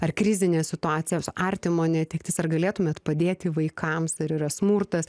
ar krizinės situacijos artimo netektis ar galėtumėt padėti vaikams ar yra smurtas